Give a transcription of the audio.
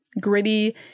gritty